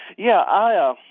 yeah, i ah